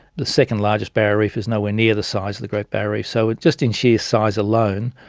the second largest barrier reef is nowhere near the size of the great barrier reef, so just in sheer size alone,